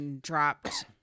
dropped